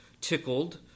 tickled